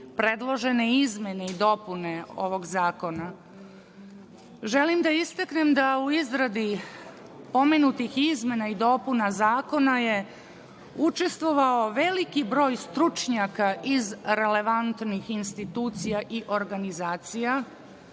predložene izmene i dopune ovog zakona. Želim da istaknem da u izradi pomenutih izmena i dopuna Zakona je učestvovao veliki broj stručnjaka iz relevantnih institucija i organizacija,